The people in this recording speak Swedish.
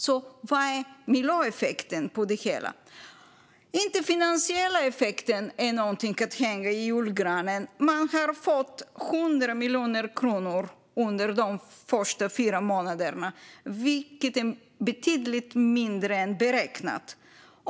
Vad blir då miljöeffekten av det hela? Inte heller är den finansiella effekten något att hänga i julgranen. Man har fått 100 miljoner kronor under de första fyra månaderna, vilket är betydligt mindre än beräknat.